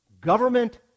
Government